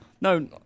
No